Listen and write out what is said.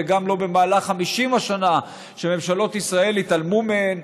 וגם לא במהלך 50 השנה שממשלות ישראל התעלמו מהם.